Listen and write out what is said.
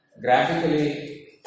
graphically